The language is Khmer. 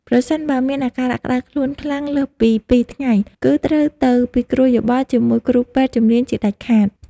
ប្រសិនបើមានអាការៈក្ដៅខ្លួនខ្លាំងលើសពីពីរថ្ងៃ គឺត្រូវទៅពិគ្រោះយោបល់ជាមួយគ្រូពេទ្យជំនាញជាដាច់ខាត។